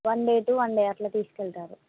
one day to one day అట్లా తీసుకెళ్తారు